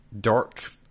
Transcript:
dark